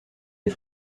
des